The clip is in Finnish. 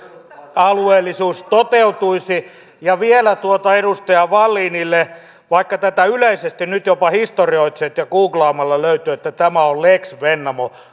alueellisuus toteutuisi vielä edustaja wallinille vaikka tätä yleisesti nyt jopa historioitsijat kutsuvat ja goog laamalla löytyy että tämä on lex vennamo